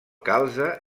calze